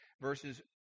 verses